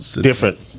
different